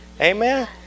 Amen